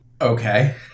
Okay